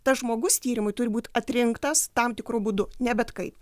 tas žmogus tyrimui turi būti atrinktas tam tikru būdu ne bet kaip